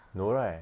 no right